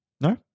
No